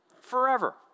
forever